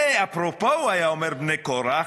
ואפרופו בני קורח,